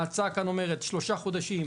ההצעה כאן אומרת ששלושה חודשים